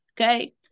Okay